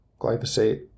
glyphosate